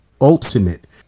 Ultimate